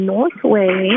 Northway